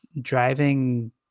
driving